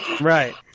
Right